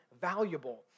valuable